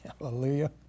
Hallelujah